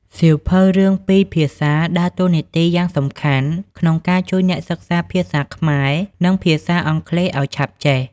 សៀវភៅរឿងពីរភាសាដើរតួនាទីយ៉ាងសំខាន់ក្នុងការជួយអ្នកសិក្សាភាសាខ្មែរ និងភាសាអង់គ្លេសឲ្យឆាប់ចេះ។